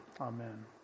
Amen